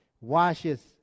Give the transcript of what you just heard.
Washes